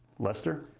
lester?